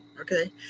Okay